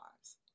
lives